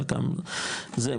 חלקם זה,